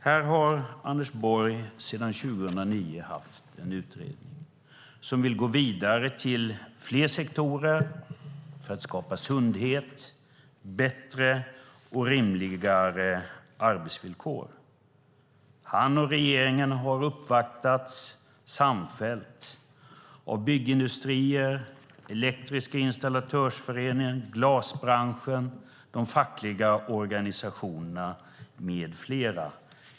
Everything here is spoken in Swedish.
Här har Anders Borg sedan 2009 haft en utredning som vill gå vidare till fler sektorer för att skapa sundhet och bättre och rimligare arbetsvillkor. Han och regeringen har uppvaktats samfällt av byggindustrierna, Elektriska installatörsföreningen, Glasbranschen, de fackliga organisationerna med flera.